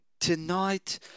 tonight